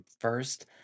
first